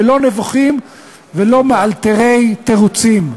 ולא נבוכים ולא מאלתרי תירוצים.